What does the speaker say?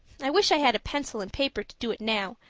i wish i had a pencil and paper to do it now,